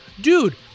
dude